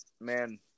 man